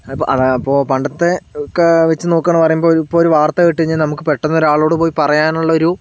അത് ഇപ്പോൾ അപ്പോൾ പണ്ടത്തെ ഒക്കെ വെച്ച് നോക്കുവാണ് എന്ന് പറയുമ്പോൾ ഇപ്പോൾ ഒരു വാർത്ത കേട്ടാൽ നമുക്ക് പെട്ടെന്ന് ഒരാളോട് പോയി പറയാൻ ഉള്ള ഒരു